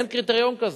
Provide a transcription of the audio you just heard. אין קריטריון כזה.